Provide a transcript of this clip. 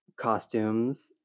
costumes